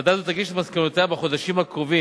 ועדה זו תגיש את מסקנותיה בחודשים הקרובים,